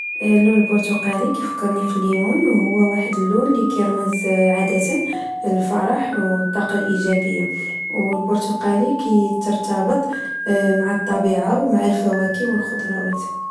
اللون البرتقالي كفكرني في الليمون، هو واحد اللون لكيرمز عادةً للفرح، والطاقة الإجابية، و البرتقالي كترتبط مع الطبيعة، ومع الفواكه والخضراوات